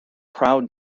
proud